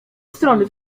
strony